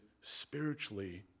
spiritually